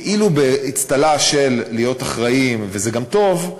כאילו באצטלה של להיות אחראיים, וזה גם טוב,